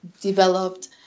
developed